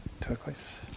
Turquoise